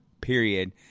period